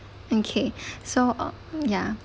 okay so ya